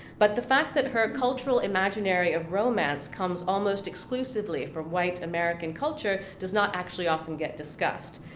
but the fact that her cultural imaginary of romance comes almost exclusively from white american culture does not actually often get discussed.